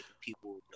people